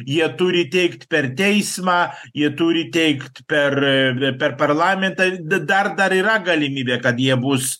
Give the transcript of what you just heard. jie turi teikt per teismą jie turi teikt per per parlamentą d dar dar yra galimybė kad jie bus